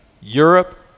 Europe